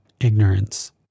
ignorance